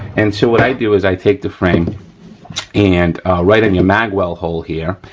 and so what i do is i take the frame and right in your mag well hole here,